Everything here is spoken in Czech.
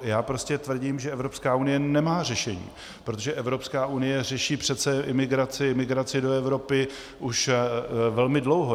Já prostě tvrdím, že Evropská unie nemá řešení, protože Evropská unie řeší přece imigraci, migraci do Evropy už velmi dlouho.